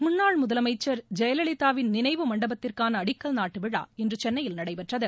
முன்னாள் முதலமைச்சர் ஜெயலலிதாவின் நினைவு மண்டபத்திற்கான அடிக்கல் நாட்டு விழா இன்று சென்னையில் நடைபெற்றது